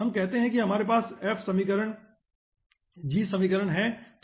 हम कहते हैं कि हमारे पास f समीकरण g समीकरण है